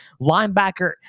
linebacker